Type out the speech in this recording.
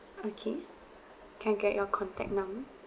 okay can get your contact number